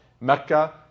Mecca